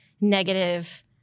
negative